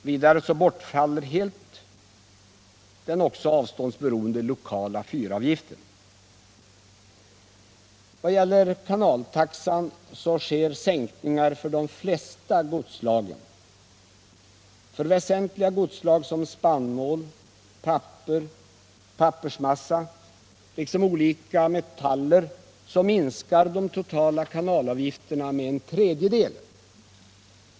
Vidare bortfaller helt den också avståndsberoende lokala fyravgiften. Vad gäller kanaltaxan sker sänkningar för de flesta godsslagen. För väsentliga godsslag som spannmål, papper och pappersmassa liksom olika metaller minskar de totala kanalavgifterna med en tredjedel.